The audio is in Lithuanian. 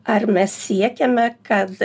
ar mes siekiame kad